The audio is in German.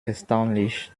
erstaunlich